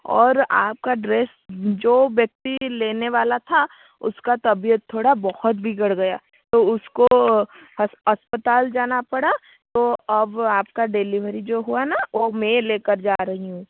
और आपका ड्रेस जो व्यक्ति लाने वाला था उसकी तबियत थोड़ा बहुत बिगड़ गया तो उसको हस् अस्पताल जाना पड़ा तो अब आपकी डेलिवरी जो हुआ ना वो मैं ले कर जा रही हूँ